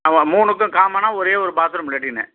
ஆமாம் மூணுக்கும் காமனா ஒரே ஒரு பாத்ரூம் லெட்டினு